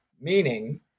meaning